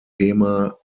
thema